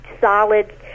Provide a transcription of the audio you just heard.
solid